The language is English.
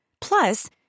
Plus